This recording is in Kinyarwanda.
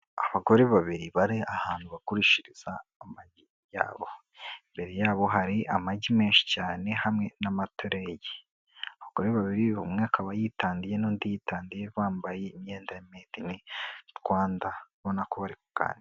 Abagore babiri bari ahantu bagushiriza amagi yabo, imbere yabo hari amagi menshi cyane hamwe n'amatireyi, abagore babiri umwe akaba yitandiye n'undi yitandiye bambaye imyenda ya made in Rwanda, ubona ko bari ku...